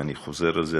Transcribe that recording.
ואני חוזר על זה,